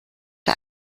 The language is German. der